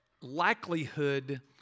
likelihood